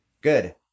good